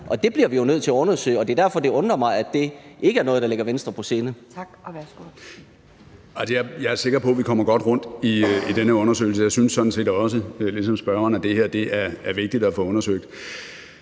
Og det bliver vi jo nødt til at undersøge, og det er derfor, det undrer mig, at det ikke er noget, der ligger Venstre på sinde.